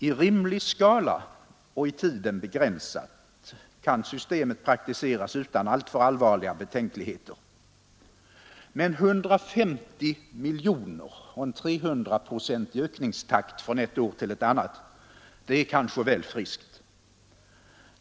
I rimlig skala och i tiden begränsat kan systemet praktiseras utan alltför allvarliga betänkligheter. 150 miljoner och en 300-procentig ökningstakt från ett år till ett annat — det är däremot kanske väl friskt.